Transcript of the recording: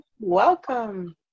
Welcome